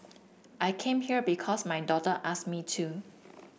I came here because my daughter asked me to